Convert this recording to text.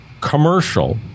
commercial